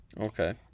okay